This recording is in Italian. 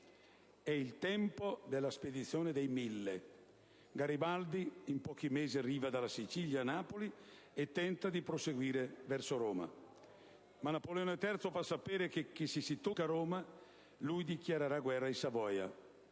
È il tempo della spedizione dei Mille. Garibaldi in pochi mesi arriva dalla Sicilia a Napoli e tenta di proseguire verso Roma, ma Napoleone III fa sapere che se si tocca Roma lui dichiarerà guerra ai Savoia.